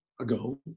ago